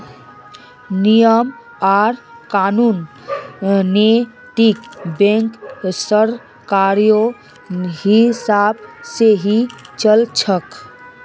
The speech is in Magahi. नियम आर कानून नैतिक बैंकत सरकारेर हिसाब से ही चल छ